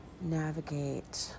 navigate